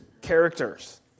characters